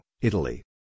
Italy